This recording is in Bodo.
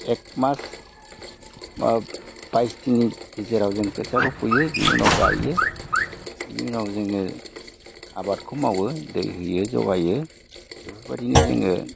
एक मास बा बायस दिननि गेजेराव जों खोथियाखौ फुयो बिनि उनाव गायो बिनि उनाव जोङो आबादखौ मावो दै होयो जगायो बेफोरबादिनो जोङो